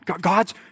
God's